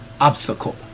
obstacle